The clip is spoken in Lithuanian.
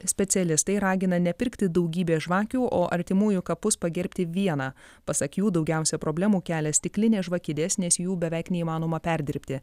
specialistai ragina nepirkti daugybės žvakių o artimųjų kapus pagerbti viena pasak jų daugiausia problemų kelia stiklinės žvakidės nes jų beveik neįmanoma perdirbti